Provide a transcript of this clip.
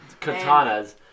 katanas